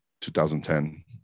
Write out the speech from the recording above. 2010